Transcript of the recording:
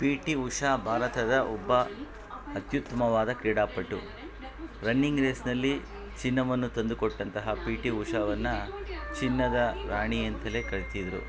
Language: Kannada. ಪಿ ಟಿ ಉಷಾ ಭಾರತದ ಒಬ್ಬ ಅತ್ಯುತ್ತಮವಾದ ಕ್ರೀಡಾಪಟು ರನ್ನಿಂಗ್ ರೇಸ್ನಲ್ಲಿ ಚಿನ್ನವನ್ನು ತಂದುಕೊಟ್ಟಂತಹ ಪಿ ಟಿ ಉಷಾರನ್ನ ಚಿನ್ನದ ರಾಣಿ ಅಂತಲೇ ಕರೀತಿದ್ರು